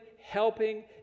helping